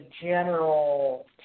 general